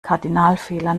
kardinalfehler